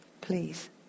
please